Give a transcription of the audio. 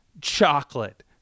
chocolate